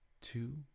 two